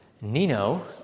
Nino